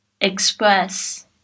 express